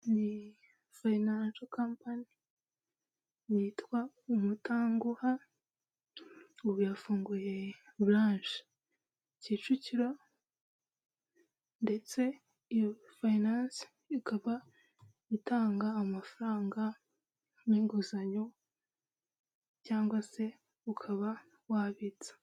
Ni fayinansho kampani yitwa umutanguha ubu yafunguye buranshe kicukiro ndetse iyo fayinance ikaba itanga amafaranga n'inguzanyo cyangwa se ukaba wabitsa.